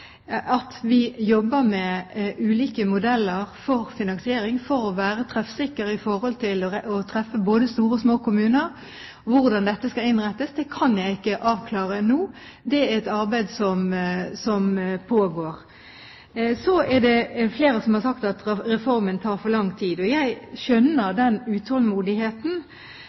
at vi jobber med ulike modeller for finansiering for å være treffsikre med hensyn til å treffe både store og små kommuner. Hvordan dette skal innrettes, kan jeg ikke avklare nå. Det er et arbeid som pågår. Så er det flere som har sagt at reformen tar for lang tid. Jeg skjønner den utålmodigheten.